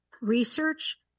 research